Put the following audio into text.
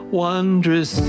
wondrous